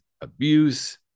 abuse